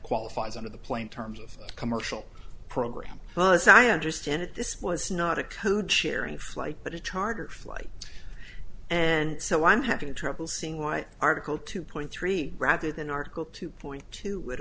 qualifies under the plain terms of commercial program but as i understand it this was not a code sharing flight but it charters flight and so i'm having trouble seeing why article two point three rather than article two point two would